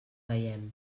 veiem